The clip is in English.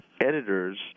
editors